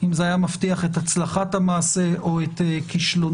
אם זה היה מבטיח את הצלחת המעשה או את כישלונו,